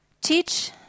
Teach